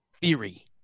theory